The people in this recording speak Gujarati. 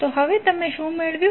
તો હવે તમે શું મેળવ્યું છે